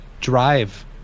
drive